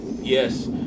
yes